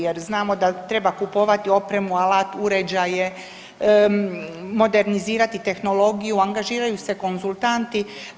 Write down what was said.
Jer znamo da treba kupovati opremu, alat, uređaje, modernizirati tehnologiju, angažiraju se konzultanti.